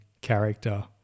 character